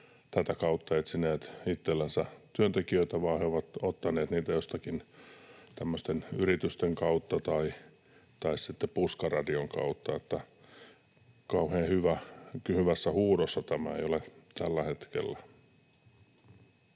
tätä kautta etsineet itsellensä työntekijöitä, vaan he ovat ottaneet niitä jostakin tämmöisten yritysten kautta tai sitten puskaradion kautta, eli kauhean hyvässä huudossa tämä ei ole tällä hetkellä.